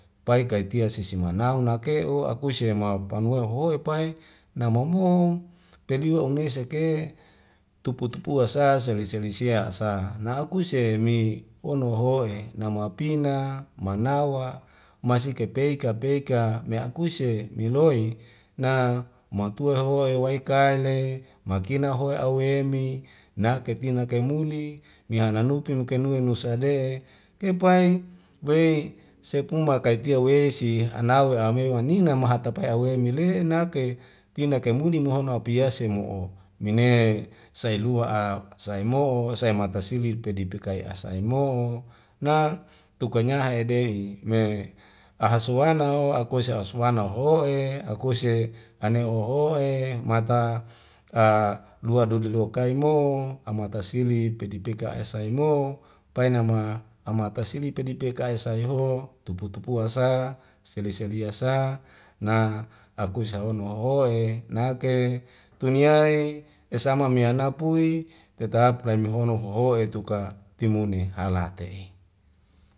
Pai kaitia sisi manauna ke'o akuse mahu panu wei hoe pae namomo pediwa une seke tupu tupua sa seli seli sia sa na'akuse mi hono ho'e namapina manawa masike peika peika meakuse meloi na matua hoe hewaika le makina howe awemi naketina kaimuli meana nupi mukenue nusa de'e te pai se pung makaitia wesi hanawe amewe nina mahatapae awemile nauke tina kaimuli mehono apeyase mo'o mene sailu a saimo'o saimata silipedipekai as aimo na tuakanya hede'i me ahusuana o akuise asuona waho'e akuse ane o'oe mata a lua dude lokai mo amata sili pedi peka es sai mo painama amata sili pedipei kai sai ho tupu tupua sa selia selia sa na lakuse hahono hohoe nake tuniae yasama meyana pui tetap leimehono hohoe tuka timune halate'i